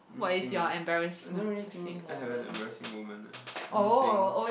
let me think ah I don't really think I have an embarassing moment eh let me think